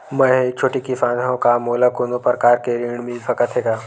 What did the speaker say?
मै ह एक छोटे किसान हंव का मोला कोनो प्रकार के ऋण मिल सकत हे का?